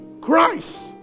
Christ